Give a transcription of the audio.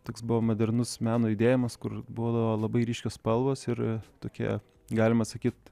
toks buvo modernus meno judėjimas kur būdavo labai ryškios spalvos ir tokie galima sakyt